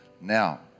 Now